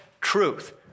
truth